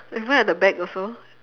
even at the back also